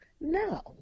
No